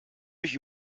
mich